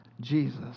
jesus